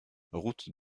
route